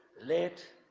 let